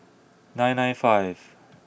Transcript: nine nine five